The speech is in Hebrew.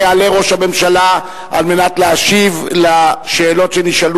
יעלה ראש הממשלה על מנת להשיב על השאלות שנשאלו